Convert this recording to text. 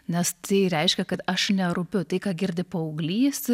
nes tai reiškia kad aš nerūpiu tai ką girdi paauglys